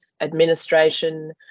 administration